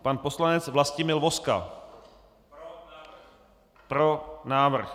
Pan poslanec Vlastimil Vozka: Pro návrh.